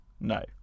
No